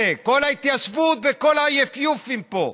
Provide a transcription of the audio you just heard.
כל ההתיישבות וכל היפיופים פה.